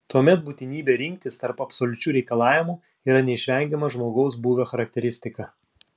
tuomet būtinybė rinktis tarp absoliučių reikalavimų yra neišvengiama žmogaus būvio charakteristika